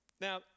Now